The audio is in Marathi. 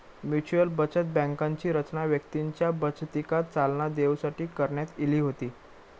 म्युच्युअल बचत बँकांची रचना व्यक्तींच्या बचतीका चालना देऊसाठी करण्यात इली होती